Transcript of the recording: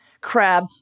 crab